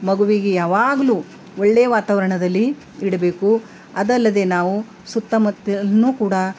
ಮಗುವಿಗೆ ಯಾವಾಗಲು ಒಳ್ಳೆ ವಾತಾವರಣದಲ್ಲಿ ಇಡಬೇಕು ಅದಲ್ಲದೇ ನಾವು ಸುತ್ತಮುತ್ತಲೂ ಕೂಡ